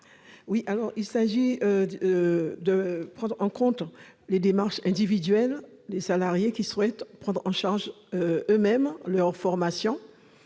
collègue. Il s'agit de prendre en compte les démarches individuelles des salariés qui souhaitent prendre en charge eux-mêmes leurs frais